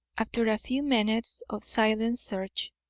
after a few minutes of silent search.